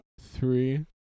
three